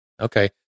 okay